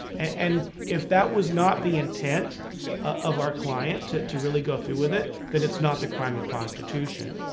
and if that was not the intent of our client to to really go through with it, then it's not the crime of prostitution.